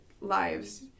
lives